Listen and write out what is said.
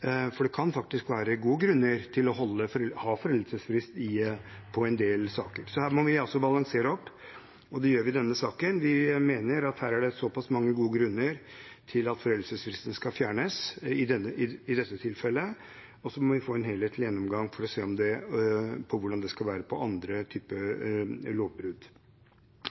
Det kan faktisk være gode grunner til å ha foreldelsesfrist i en del saker. Her må vi altså balansere, og det gjør vi i denne saken. Vi mener at det er såpass mange gode grunner til at foreldelsesfristen skal fjernes i dette tilfellet, og så må vi få en helhetlig gjennomgang for å se på hvordan det skal være ved andre typer lovbrudd.